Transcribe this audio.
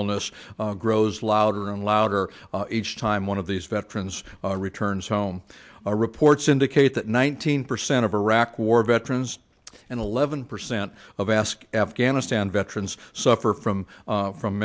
illness grows louder and louder each time one of these veterans returns home reports indicate that nineteen percent of iraq war veterans and eleven percent of ask afghanistan veterans suffer from from